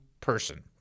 person